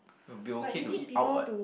it'll be okay to eat out what